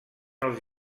els